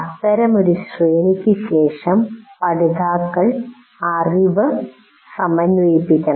അത്തരമൊരു ശ്രേണിക്ക് ശേഷം പഠിതാക്കൾ അറിവ് സമന്വയിപ്പിക്കണം